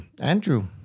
Andrew